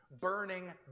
burning